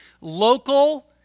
local